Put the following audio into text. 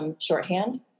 Shorthand